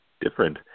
different